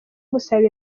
gusaba